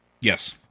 Yes